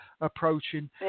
approaching